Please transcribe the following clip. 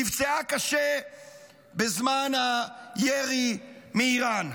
נפצעה קשה בזמן הירי מאיראן.